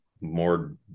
more